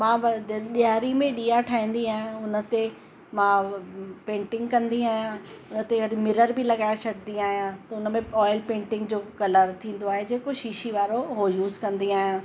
मां ॾियारी में ॾिया ठाहींदी आहियां उन ते मां पेंटिंग कंदी आहियां उन ते वरी मिरर बि लॻाए छॾंदी आहियां पोइ उन में ऑयल पेंटिंग जो कलर थींदो आहे जेको शीशी वारो हो यूज़ कंदी आहियां